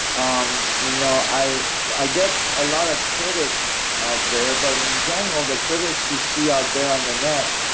um you know i i get a lot of critic out there but in general, the critics you see out there on the net,